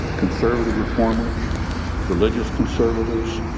conservative reformers religious conservatives,